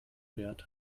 wert